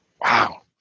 Wow